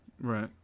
Right